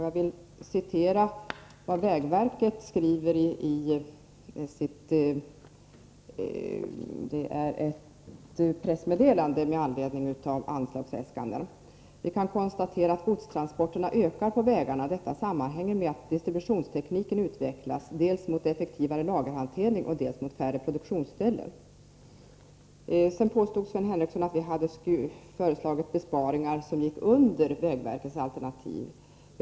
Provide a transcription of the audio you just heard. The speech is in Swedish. Jag vill citera vad vägverket skriver i ett pressmeddelande med anledning av anslagsäskanden: ”Vi kan konstatera att godstransporterna ökar på vägarna. Detta sammanhänger med att distributionstekniken utvecklats dels mot effektivare lagerhantering och dels mot färre produktionsställen —— Sedan påstod Sven Henricsson att vi hade förslagit besparingar som understiger vägverkets alternativ.